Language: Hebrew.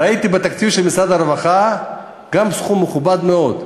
ראיתי גם בתקציב משרד הרווחה סכום מכובד מאוד.